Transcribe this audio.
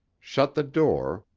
shut the door,